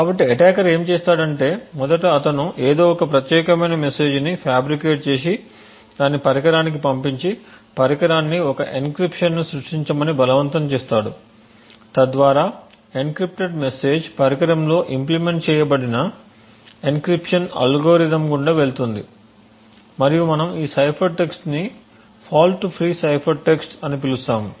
కాబట్టి అటాకర్ ఏమి చేస్తాడంటే మొదట అతను ఏదోఒక ప్రత్యేకమైన మెసేజ్ ని ఫ్యాబ్రికేట్ చేసి దానిని పరికరానికి పంపించి పరికరాన్ని ఒక ఎన్క్రిప్షన్ను సృష్టించమని బలవంతం చేస్తాడు తద్వారా ఎన్క్రిప్టెడ్ మెసేజ్ పరికరంలో ఇంప్లీమెంట్ చేయబడిన ఎన్క్రిప్షన్ అల్గోరిథం గుండా వెళుతుంది మరియు మనము ఈ సైఫర్ టెక్స్ట్ని ఫాల్ట్ ఫ్రీ సైఫర్ టెక్స్ట్ అని పిలుస్తాము